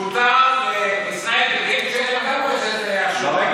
מותר לישראל ביתנו שתהיה גם להם מועצת שורא.